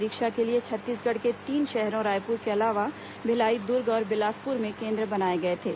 परीक्षा के लिए छत्तीसगढ़ के तीन शहरों रायपुर के अलावा भिलाई दुर्ग और बिलासपुर में केन्द्र बनाए गए थे